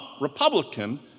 Republican